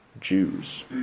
Jews